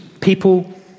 People